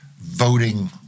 voting